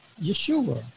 Yeshua